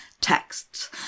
texts